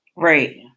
Right